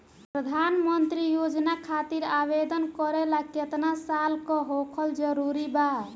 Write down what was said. प्रधानमंत्री योजना खातिर आवेदन करे ला केतना साल क होखल जरूरी बा?